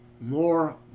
more